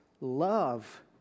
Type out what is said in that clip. love